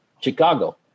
Chicago